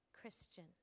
Christian